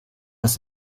das